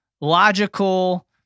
logical